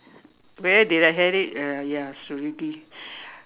where did I had it uh ya Selegie